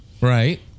Right